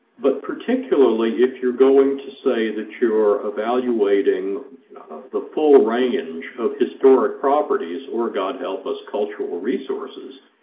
but particularly if you're going to say that you're evaluating the full range of historic properties, or god help us cultural ah resources,